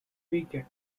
weekend